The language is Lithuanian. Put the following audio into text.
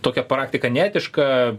tokia praktika neetiška